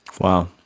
Wow